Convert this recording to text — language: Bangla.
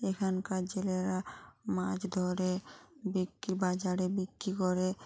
এখানকার জেলেরা মাছ ধরে বিক্রি বাজারে বিক্রি করে